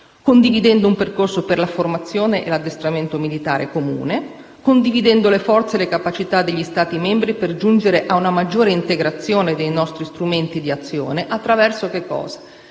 condividendo un percorso per la formazione e l'addestramento militare comune, condividendo le forze e le capacità degli Stati membri, per giungere ad una maggiore integrazione dei nostri strumenti di azione. I Trattati europei